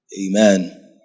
Amen